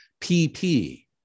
PP